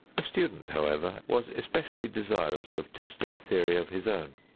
a student, however, was especially desirous of testing a theory of his own,